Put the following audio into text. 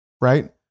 Right